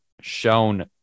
shown